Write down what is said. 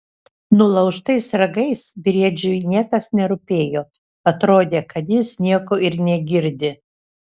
nulaužtais ragais briedžiui niekas nerūpėjo atrodė kad jis nieko ir negirdi